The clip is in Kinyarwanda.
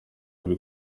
kuri